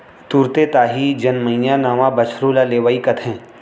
तुरते ताही जनमइया नवा बछरू ल लेवई कथें